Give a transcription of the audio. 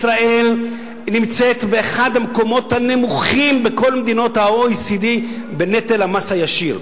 ישראל נמצאת באחד המקומות הנמוכים בכל מדינות ה-OECD בנטל המס הישיר,